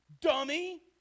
dummy